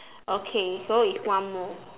okay so it's one more